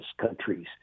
countries